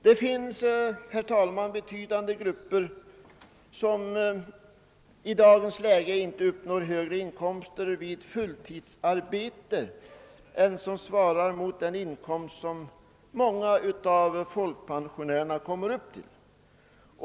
Det finns betydande grupper som i dag inte uppnår högre inkomster vid fulltidsarbete än som motsvarar den inkomst många folkpensionärer kommer upp i.